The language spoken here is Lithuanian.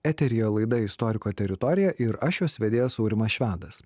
eteryje laidą istoriko teritorija ir aš jos vedėjas aurimas švedas